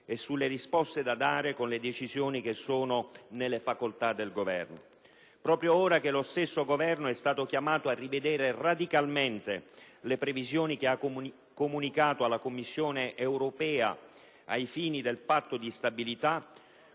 e sulle risposte da dare con le decisioni che sono nelle facoltà del Governo. Proprio ora che lo stesso Governo è stato chiamato a rivedere radicalmente le previsioni che ha comunicato alla Commissione europea ai fini del Patto di stabilità,